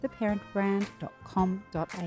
theparentbrand.com.au